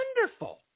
wonderful